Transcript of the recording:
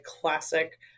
classic